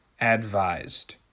advised